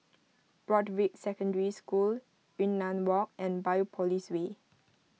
Broadrick Secondary School Yunnan Walk and Biopolis Way